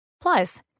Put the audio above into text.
Plus